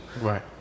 Right